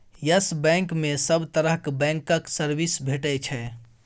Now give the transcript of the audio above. yes Bank मे सब तरहक बैंकक सर्विस भेटै छै